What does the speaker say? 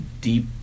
deep